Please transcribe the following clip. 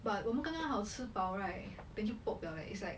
but 我们刚刚好吃饱 right then 就 pop 了 leh it's like